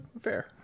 fair